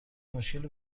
مشکلی